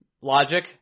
logic